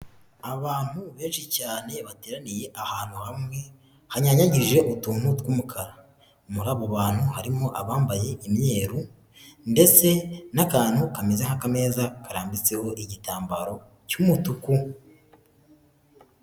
Abantu benshi cyane bateraniye ahantu hamwe, hanyanyagije utuntu tw'umukara, muri abo bantu harimo abambaye imyeru ndetse n'akantu kameze nk'akameza karambitseho igitambaro cy'umutuku.